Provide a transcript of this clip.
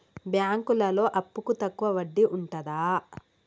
బ్యాంకులలో అప్పుకు తక్కువ వడ్డీ ఉంటదా?